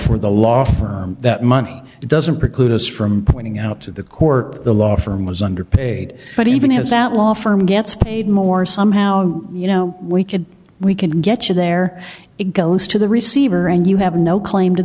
for the law firm that money doesn't preclude us from pointing out to the court the law firm was underpaid but even have that law firm gets paid more somehow you know we could we could get you there it goes to the receiver and you have no claim to